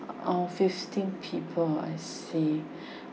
uh fifteen people I see